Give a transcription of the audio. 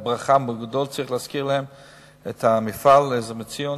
צריך להזכיר להם את המפעל של "עזר מציון",